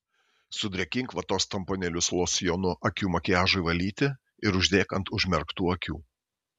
sudrėkink vatos tamponėlius losjonu akių makiažui valyti ir uždėk ant užmerktų akių